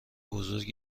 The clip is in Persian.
بزرگ